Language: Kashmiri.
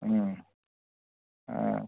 آ